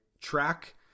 Track